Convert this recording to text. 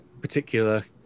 particular